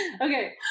okay